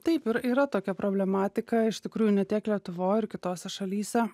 taip ir yra tokia problematika iš tikrųjų ne tiek lietuvoj ir kitose šalyse